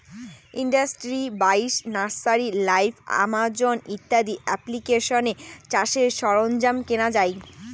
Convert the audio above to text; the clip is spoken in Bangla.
ইন্ডাস্ট্রি বাইশ, নার্সারি লাইভ, আমাজন ইত্যাদি এপ্লিকেশানে চাষের সরঞ্জাম কেনা যাই